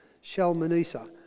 Shalmaneser